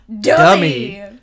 Dummy